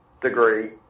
degree